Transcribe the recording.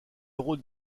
rôle